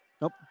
Nope